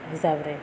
ହିସାବରେ